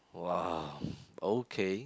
!wow! okay